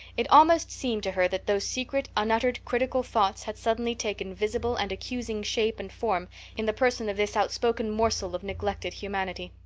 it almost seemed to her that those secret, unuttered, critical thoughts had suddenly taken visible and accusing shape and form in the person of this outspoken morsel of neglected humanity.